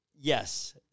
yes